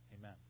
Amen